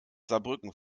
saarbrücken